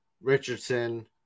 Richardson